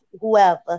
whoever